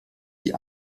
die